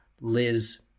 Liz